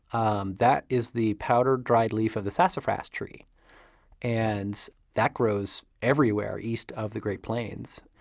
um that is the powdered dried leaf of the sassafras tree and that grows everywhere east of the great plains.